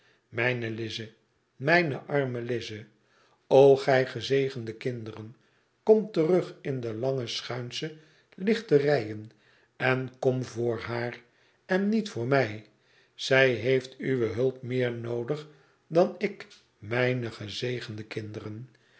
mijne lize mijne arme lize o gij gezegende kinderen komt terug in de lange schuinsche lichte reien en komt voor haar en niet voor mij zij heeft uwe hulp meer noodig dan ik mijne gezegende kinderen